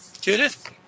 Judith